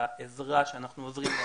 העזרה שאנחנו עוזרים להם,